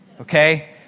okay